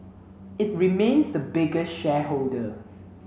it remains the biggest shareholder